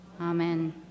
amen